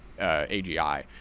AGI